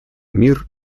мир